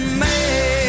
man